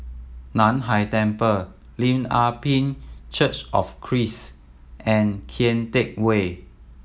Nan Hai Temple Lim Ah Pin Church of Christ and Kian Teck Way